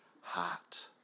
heart